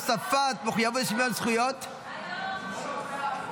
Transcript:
הוספת מחויבות לשוויון זכויות) לא נתקבלה.